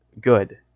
good